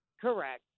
Correct